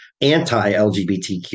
anti-LGBTQ